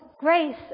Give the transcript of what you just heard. Grace